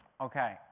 Okay